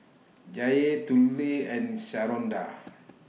Jaye Tula and Sharonda